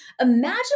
imagine